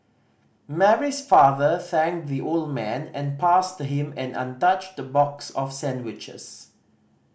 Mary's father thanked the old man and passed him an untouched box of sandwiches